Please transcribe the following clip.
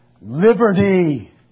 liberty